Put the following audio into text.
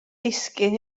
disgyn